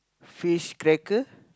fish cracker